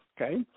okay